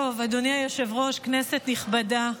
אדוני היושב-ראש, כנסת נכבדה,